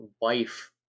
wife